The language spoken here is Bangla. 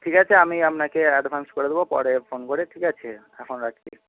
ঠিক আছে আমি আপনাকে অ্যাডভান্স করে দেব পরে ফোন করে ঠিক আছে এখন রাখছি